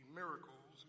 miracles